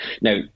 Now